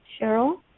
Cheryl